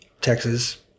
Texas